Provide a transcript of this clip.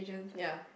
ya